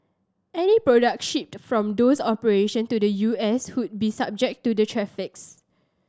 any products shipped from those operations to the U S would be subject to the tariffs